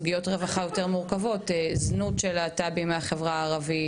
סוגיות רווחה יותר מורכבות כמו זנות של להט״בים מהחברה הערבית.